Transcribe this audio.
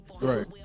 right